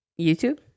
youtube